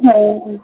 हँ